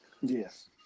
yes